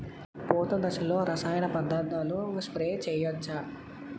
పూత దశలో రసాయన పదార్థాలు స్ప్రే చేయచ్చ?